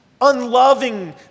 Unloving